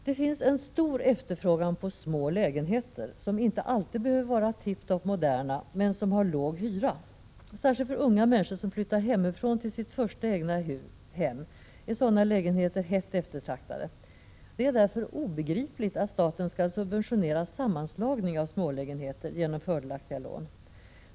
Det finns en stor efterfrågan på små lägenheter, som inte alltid behöver vara tiptop-moderna men som har låg hyra. Särskilt för unga människor som flyttar hemifrån till sitt första egna hem är sådana lägenheter hett eftertraktade. Det är därför obegripligt att staten skall subventionera sammanslagning av smålägenheter genom fördelaktiga lån.